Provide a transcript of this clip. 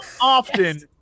often